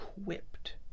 equipped